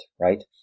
right